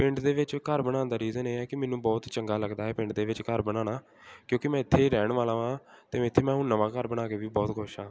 ਪਿੰਡ ਦੇ ਵਿੱਚ ਘਰ ਬਣਾਉਣ ਦਾ ਰੀਜਨ ਇਹ ਹੈ ਕਿ ਮੈਨੂੰ ਬਹੁਤ ਬਹੁਤ ਚੰਗਾ ਲੱਗਦਾ ਹੈ ਪਿੰਡ ਦੇ ਵਿੱਚ ਘਰ ਬਣਾਉਣਾ ਕਿਉਂਕਿ ਮੈਂ ਇੱਥੇ ਰਹਿਣ ਵਾਲਾ ਹਾਂ ਅਤੇ ਮੈਂ ਇੱਥੇ ਮੈਂ ਹੁਣ ਨਵਾਂ ਘਰ ਬਣਾ ਕੇ ਵੀ ਬਹੁਤ ਖੁਸ਼ ਹਾਂ